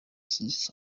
six